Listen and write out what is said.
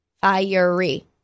Fiery